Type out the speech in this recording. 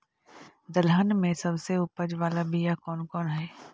दलहन में सबसे उपज बाला बियाह कौन कौन हइ?